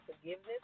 forgiveness